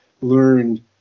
learned